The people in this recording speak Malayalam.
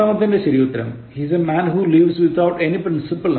പത്താമത്തെതിന്റെ ശരിയുത്തരം He is a man who lives without any principle